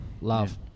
Love